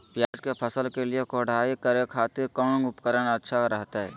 प्याज के फसल के कोढ़ाई करे खातिर कौन उपकरण अच्छा रहतय?